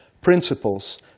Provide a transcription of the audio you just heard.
principles